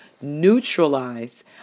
neutralize